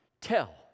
tell